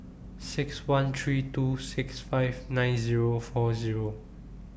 six one three two six five nine Zero four Zero